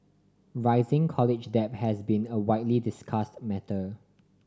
rising college debt has been a widely discussed matter